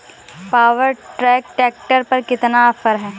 Power track tractor पर कितना offer है?